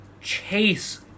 Chase